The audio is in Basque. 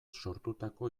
sortutako